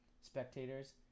Spectators